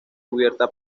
cubierta